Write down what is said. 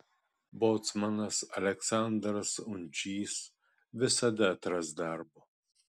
bocmanas aleksandras undžys visada atras darbo